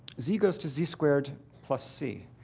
z goes to z squared plus c.